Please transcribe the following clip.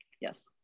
Yes